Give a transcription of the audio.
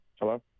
Hello